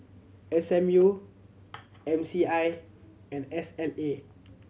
S M U M C I and S L A